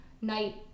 night